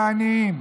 והעניים.